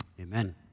amen